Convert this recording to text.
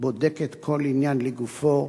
בודקת כל עניין לגופו,